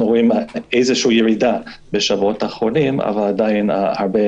רואים ירידה בשבועות האחרונים אבל עדיין הרבה